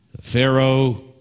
Pharaoh